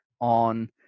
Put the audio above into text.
on